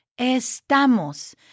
Estamos